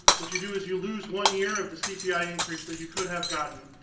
what you do is you lose one year of the cpi increase that you could have gotten.